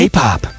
K-Pop